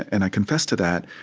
and i confess to that,